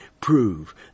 prove